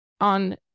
on